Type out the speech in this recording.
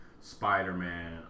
Spider-Man